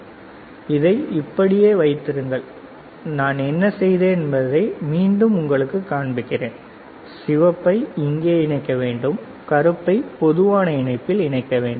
எனவே இதை இப்படியே வைத்திருங்கள் நான் என்ன செய்தேன் என்பதை மீண்டும் உங்களுக்குக் காண்பிக்கிறேன் சிவப்பை இங்கே இணைக்க வேண்டும் கருப்பை பொதுவான இணைப்பில் இணைக்க வேண்டும்